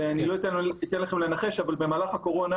ואני לא אתן לכם לנחש אבל במהלך הקורונה